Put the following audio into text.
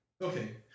Okay